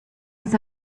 was